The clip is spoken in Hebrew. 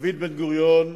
דוד בן-גוריון,